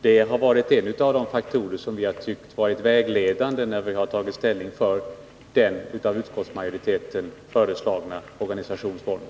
Detta har varit en av de faktorer som vi har tyckt vara vägledande när vi har tagit ställning för den av utskottsmajoriteten föreslagna organisationsformen.